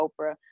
Oprah